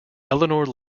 eleanor